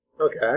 Okay